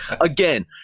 again